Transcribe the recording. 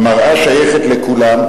המראה שייכת לכולם,